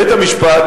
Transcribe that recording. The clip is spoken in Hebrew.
בית-המשפט,